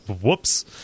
Whoops